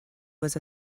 was